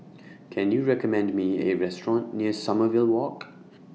Can YOU recommend Me A Restaurant near Sommerville Walk